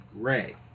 Gray